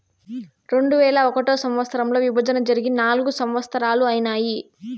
రెండువేల ఒకటో సంవచ్చరంలో విభజన జరిగి నాల్గు సంవత్సరాలు ఐనాయి